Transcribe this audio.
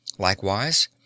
Likewise